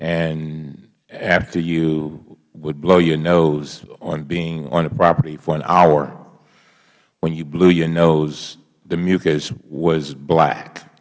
and after you would blow your nose after being on the property for an hour when you blew your nose the mucus was black